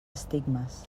estigmes